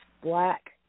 black